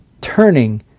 turning